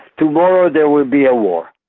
tomorrow there will be a war.